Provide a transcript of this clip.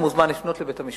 הוא מוזמן לפנות לבית-המשפט.